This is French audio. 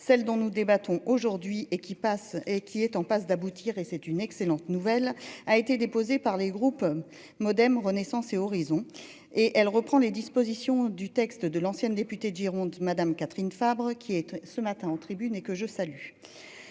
celle dont nous débattons aujourd'hui et qui passe et qui est en passe d'aboutir et c'est une excellente nouvelle, a été déposée par les groupes. MoDem Renaissance et Horizons et elle reprend les dispositions du texte de l'ancienne députée de Gironde Madame Catherine Fabre qui est ce matin en tribune et que je salue.